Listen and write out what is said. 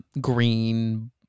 green